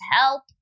help